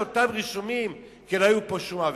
אותם רישומים כי לא היו פה שום עבירות.